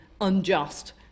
unjust